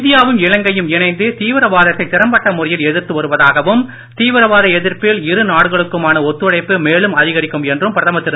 இந்தியாவும் இலங்கையும் இணைந்து தீவிரவாதத்தை திறம்பட்ட முறையில் எதிர்த்து வருவதாகவும் தீவிரவாத எதிர்ப்பில் இரு நாடுகளுக்குமான ஒத்துழைப்பு மேலும் அதிகரிக்கும் என்றும் பிரதமர் திரு